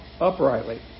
uprightly